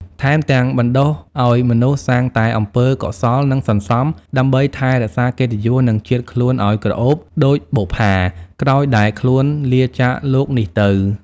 ថែមទាំងបណ្ដុះឲ្យមនុស្សសាងតែអំពើកុសលនិងសន្សំ ដើម្បីថែរក្សាកិត្តិយសនិងជាតិខ្លួនឲ្យក្រអូបដូចបុប្ផា ក្រោយដែលខ្លួនលាចាកលោកនេះទៅ។